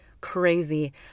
crazy